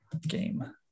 game